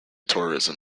tourism